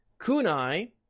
Kunai